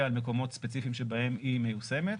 על מקומות ספציפיים שבהם היא מיושמת.